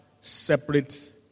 separate